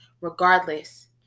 regardless